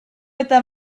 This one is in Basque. eta